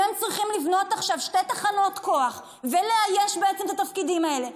אם הם צריכים לבנות עכשיו שתי תחנות כוח ולאייש בעצם את התפקידים האלה,